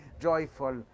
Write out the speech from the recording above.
joyful